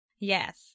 Yes